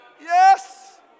Yes